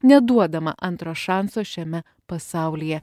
neduodama antro šanso šiame pasaulyje